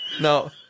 No